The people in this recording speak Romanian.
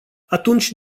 atunci